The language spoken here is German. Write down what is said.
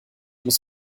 muss